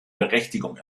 berechtigung